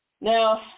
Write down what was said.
now